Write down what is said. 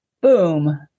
boom